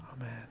Amen